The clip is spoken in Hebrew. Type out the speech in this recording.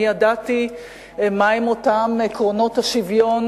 אני ידעתי מהם אותם עקרונות השוויון